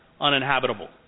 uninhabitable